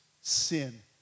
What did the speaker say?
sin